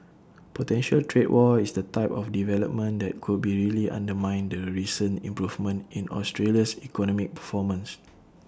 potential trade war is the type of development that could be really undermine the recent improvement in Australia's economic performance